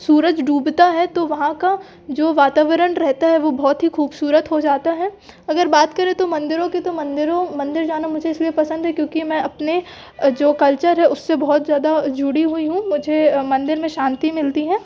सूरज डूबता है तो वहाँ का जो वातावरण रहता है वो बहुत ही खूबसूरत हो जाता है अगर बात करें तो मंदिरों की तो मंदिरों मंदिर जाना मुझे इसलिए पसंद है क्योंकि मैं अपने जो कल्चर है उससे बहुत ज़्यादा जुड़ी हुई हूँ मुझे मंदिर में शांति मिलती है